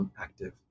Active